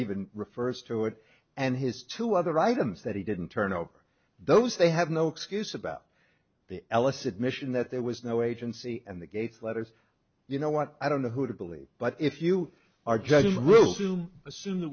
even refers to it and his two other items that he didn't turn over those they have no excuse about the ellis admission that there was no agency and the gates letters you know what i don't know who to believe but if you are just to assume that